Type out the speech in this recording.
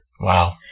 Wow